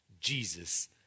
Jesus